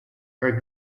are